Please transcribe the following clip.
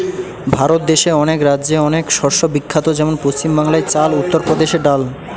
ভারত দেশে অনেক রাজ্যে অনেক শস্য বিখ্যাত যেমন পশ্চিম বাংলায় চাল, উত্তর প্রদেশে ডাল